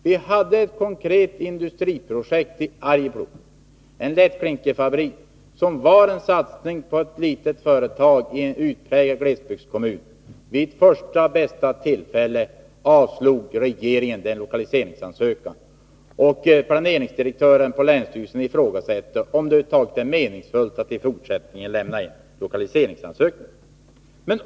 Vi hade ett konkret industriprojekt i Arjeplog, en lättklinkerfabrik, som innebar en satsning på ett litet företag i en utpräglad glesbygdskommun. Vid första bästa tillfälle avslog regeringen denna lokaliseringsansökan. Planeringsdirektören på länsstyrelsen ifrågasätter om det över huvud taget är meningsfullt att i fortsättningen lämna in lokaliseringsansökningar.